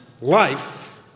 life